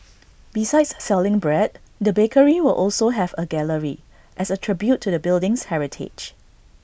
besides selling bread the bakery will also have A gallery as A tribute to the building's heritage